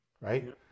Right